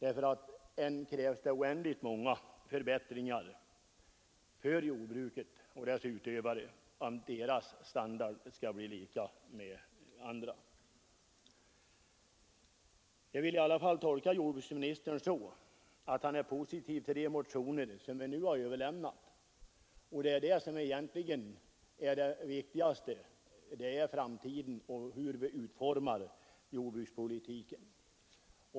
Än krävs det oändligt många förbättringar för jordbruket och dess utövare, om deras standard skall bli densamma som andras. Jag vill i alla fall tolka jordbruksministerns ord så att han är positiv till de motioner som vi har väckt. Det viktigaste är dock hur vi utformar jordbrukspolitiken i framtiden.